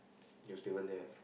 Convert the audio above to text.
you still went there